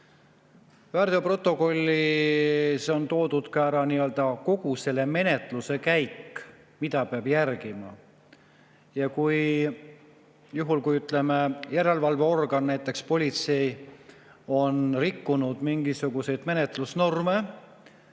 Väärteoprotokollis on toodud ära kogu selle menetluse käik, mida peab järgima. Juhul kui, ütleme, järelevalveorgan, näiteks politsei, on rikkunud mingisuguseid menetlusnorme,